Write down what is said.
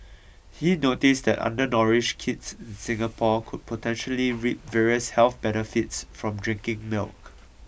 he noticed that undernourished kids in Singapore could potentially reap various health benefits from drinking milk